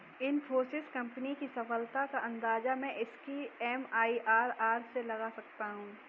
Infosys company की सफलता का अंदाजा मैं इसकी एम.आई.आर.आर से लगा सकता हूँ